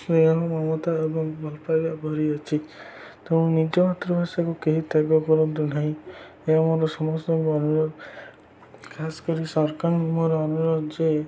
ସ୍ନେହ ମମତା ଏବଂ ଭଲପାଇବା ଭରିଅଛି ତେଣୁ ନିଜ ମାତୃଭାଷାକୁ କେହି ତ୍ୟାଗ କରନ୍ତୁ ନାହିଁ ଏହା ମୋର ସମସ୍ତଙ୍କୁ ଅନୁରୋଧ ଖାସ୍ କରି ସରକାରଙ୍କୁ ମୋର ଅନୁରୋଧ ଯେ